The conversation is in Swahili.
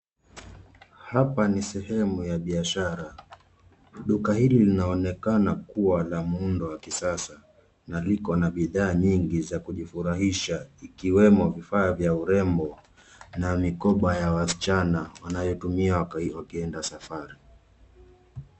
Hapa ni sehemu ya biashara. Duka hili linaonekana kuwa la muundo wa kisasa na liko na bidhaa nyingi za kujifurahisha ikiwemo vifaa vya urembo na mikoba ya wasichana wanayotumia wakienda safari.